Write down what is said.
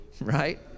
right